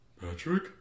Patrick